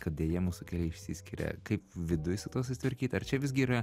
kad deja mūsų keliai išsiskiria kaip viduj su tuo susitvarkyt ar čia visgi yra